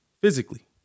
physically